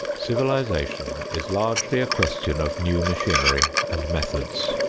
civilization is largely a question of new machinery and methods.